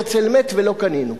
הרצל מת ולא קנינו.